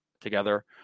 together